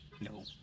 no